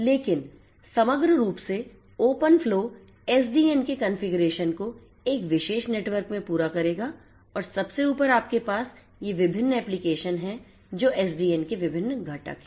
लेकिन समग्र रूप से ओपनफ्लो एस डी एन के कंफीग्रेशन को एक विशेष नेटवर्क में पूरा करेगा और सबसे ऊपर आपके पास ये विभिन्न एप्लीकेशन हैं जो एसडीएन के विभिन्न घटक हैं